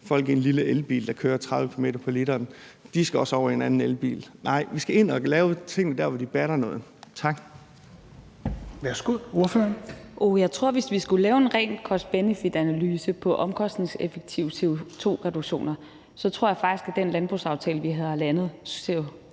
folk i en lille elbil, der kører 30 km på literen, også skal over i en anden elbil. Nej, vi skal ind og lave tingene der, hvor de batter noget. Tak.